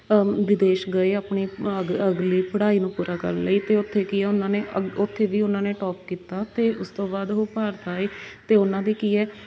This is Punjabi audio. ਵਿਦੇਸ਼ ਗਏ ਆਪਣੀ ਅਗ ਅਗਲੀ ਪੜਾਈ ਨੂੰ ਪੂਰਾ ਕਰਨ ਲਈ ਅਤੇ ਉੱਥੇ ਕੀ ਆ ਉਹਨਾਂ ਨੇ ਉਥੇ ਵੀ ਉਹਨਾਂ ਨੇ ਟੋਪ ਕੀਤਾ ਅਤੇ ਉਸ ਤੋਂ ਬਾਅਦ ਉਹ ਭਾਰਤ ਆਏ ਅਤੇ ਉਹਨਾਂ ਦੀ ਕੀ ਹੈ